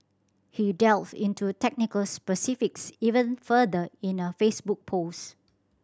he delved into technical specifics even further in a Facebook post